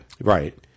right